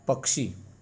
पक्षी